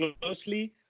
closely